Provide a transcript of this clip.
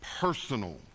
personal